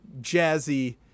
jazzy